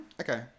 Okay